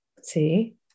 See